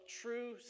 true